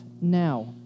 now